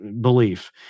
belief